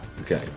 Okay